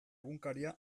egunkaria